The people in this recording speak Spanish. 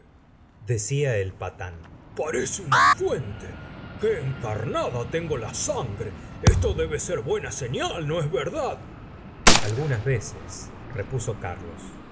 decia el patán parece una fuente qué encarnada tengo la sangre esto debe ser buena sefial no es verdad algunas veces repuso carlos